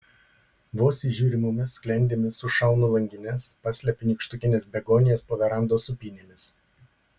vos įžiūrimomis sklendėmis užšaunu langines paslepiu nykštukines begonijas po verandos sūpynėmis